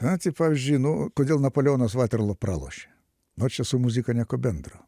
a tai pavyzdžiui kodėl napoleonas vaterlo pralošė va čia su muzika nieko bendro